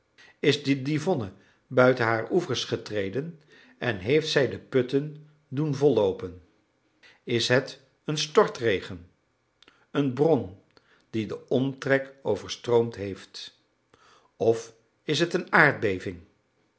is de divonne buiten haar oevers getreden en heeft zij de putten doen volloopen is het een stortregen een bron die den omtrek overstroomd heeft of is het een aardbeving